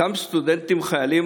אותם סטודנטים חיילים,